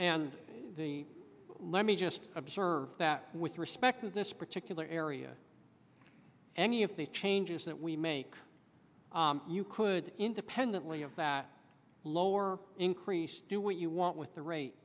and the let me just observe that with respect to this particular area any of the changes that we make you could independently of that lower increase do what you want with the rate